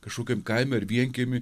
kažkokiam kaime ar vienkiemy